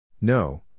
No